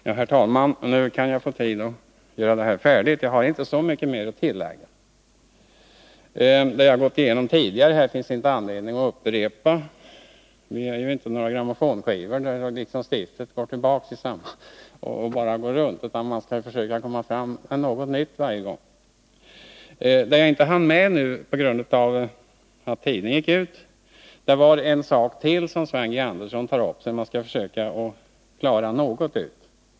Herr talman! Nu kan jag få tid att tala färdigt. Jag har inte så mycket mer att tillägga. Vad jag har gått igenom tidigare finns det inte anledning att upprepa. Vi är ju inte några grammonskivor — så att stiftet går tillbaka och skivan bara snurrar runt — utan man får försöka komma fram till något nytt varje gång. Vad jag inte hann med i mitt förra inlägg på grund av att taletiden gick ut gällde en sak som Sven G. Andersson tog upp och som jag nu skall försöka klara ut något.